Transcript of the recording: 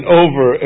over